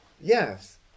Yes